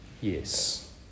Yes